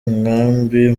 nkambi